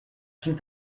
schon